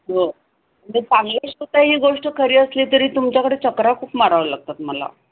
हो तुम्ही चांगल्या शिवता ही गोष्ट खरी असली तरी तुमच्याकडे चकरा खूप मारावं लागतात मला